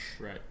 Right